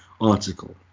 article